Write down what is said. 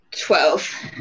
Twelve